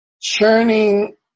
churning